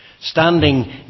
Standing